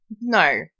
No